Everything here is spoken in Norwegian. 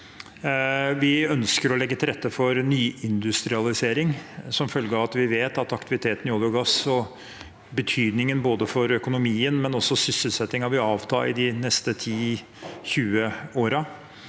Vi ønsker å legge til rette for nyindustrialisering som følge av at vi vet at aktiviteten innen olje og gass, og betydningen for både økonomien og sysselsettingen, vil avta de neste 10–20 årene.